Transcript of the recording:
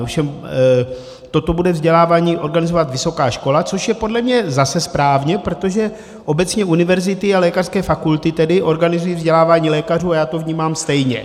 Ovšem toto vzdělávání bude organizovat vysoká škola, což je podle mě zase správně, protože obecně univerzity a lékařské fakulty tedy organizují vzdělávání lékařů a já to vnímám stejně.